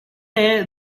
day